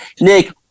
Nick